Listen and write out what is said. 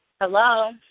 Hello